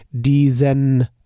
diesen